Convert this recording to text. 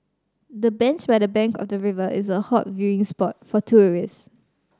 the bench by the bank of the river is a hot viewing spot for tourists